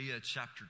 chapter